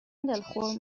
دلخور